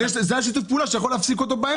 אנחנו משתתפים בוועדות.